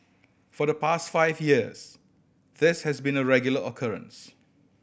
for the past five years this has been a regular occurrence